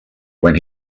when